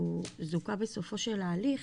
הוא זוכה בסופו של ההליך,